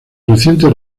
reciente